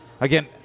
Again